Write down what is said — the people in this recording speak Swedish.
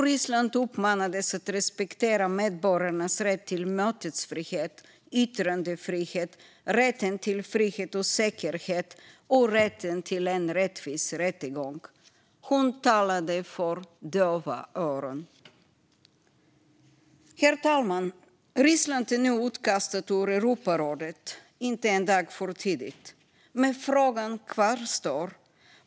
Ryssland uppmanades att respektera medborgarnas rätt till mötesfrihet, yttrandefrihet, rätten till frihet och säkerhet och rätten till en rättvis rättegång. Hon talade för döva öron. Herr talman! Ryssland är nu utkastat ur Europarådet - inte en dag för tidigt. Men frågan kvarstår.